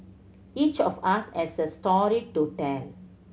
each of us has a story to tell